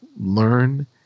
learn